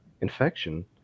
infection